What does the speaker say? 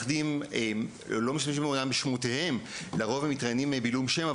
שאמנם לרוב מתראיינים בעילום שם,